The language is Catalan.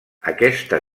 aquesta